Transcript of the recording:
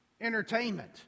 entertainment